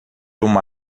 uma